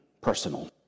personal